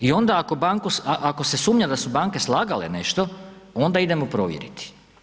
I onda ako se sumnja da su banke slagale nešto onda idemo provjeriti.